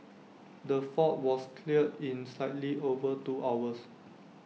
the fault was cleared in slightly over two hours